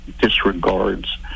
disregards